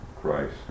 Christ